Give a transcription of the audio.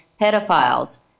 pedophiles